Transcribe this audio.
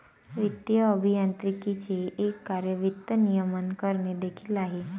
वित्तीय अभियांत्रिकीचे एक कार्य वित्त नियमन करणे देखील आहे